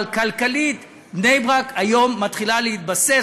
אבל כלכלית, בני-ברק היום מתחילה להתבסס.